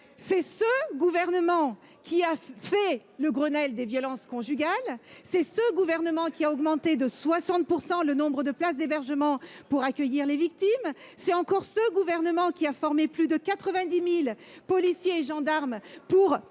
C'est ce gouvernement qui a organisé le Grenelle des violences conjugales. C'est ce gouvernement qui a augmenté de 60 % le nombre de places d'hébergement pour accueillir les victimes. C'est encore ce gouvernement qui a formé plus de 90 000 policiers et gendarmes pour